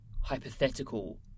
hypothetical